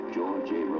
George